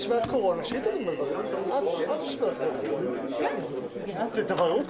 (הישיבה נפסקה בשעה 17:17 ונתחדשה בשעה 17:23.) טוב,